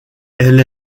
elle